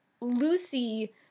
Lucy